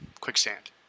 quicksand